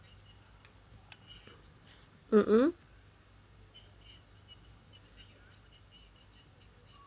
mmhmm